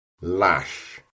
lash